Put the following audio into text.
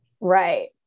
Right